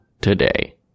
today